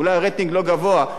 אולי הרייטינג לא גבוה,